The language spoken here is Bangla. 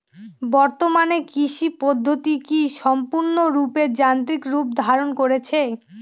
বর্তমানে কৃষি পদ্ধতি কি সম্পূর্ণরূপে যান্ত্রিক রূপ ধারণ করেছে?